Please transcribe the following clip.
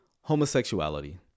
homosexuality